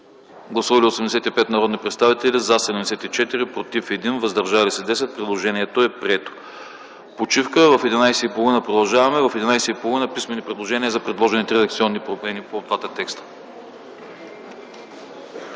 Гласували 85 народни представители: за 74, против 1, въздържали се 10. Предложението е прието. Почивка. В 11,30 ч. продължаваме с писмени предложения за предложените редакционни промени по двата текста.